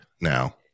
now